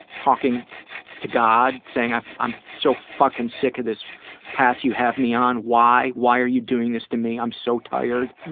talking to god saying i'm i'm so fucking sick of this path you have me on. why? why are you doing this to me? i'm so tired.